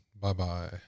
bye-bye